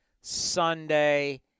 Sunday